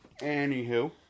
Anywho